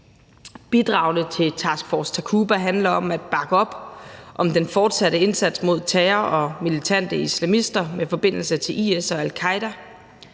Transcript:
Bidragene til Task Force Takuba handler om at bakke op om den fortsatte indsats mod terror og militante islamister med forbindelse til IS og al-Qaeda.